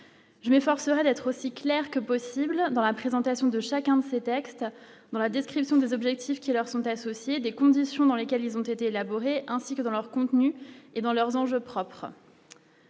je m'efforcerai d'être aussi clair que possible dans la présentation de chacun de ces textes dans la description des objectifs qui leur sont associées des conditions dans lesquelles ils ont été élaborés, ainsi que dans leur contenu et dans leurs enjeux propres.